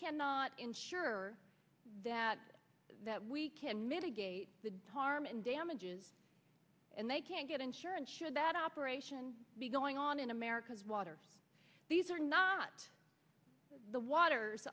cannot ensure that that we can mitigate the harm and damages and they can't get insurance should that operation be going on in america's waters these are not the water